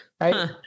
Right